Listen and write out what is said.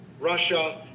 Russia